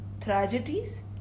Tragedies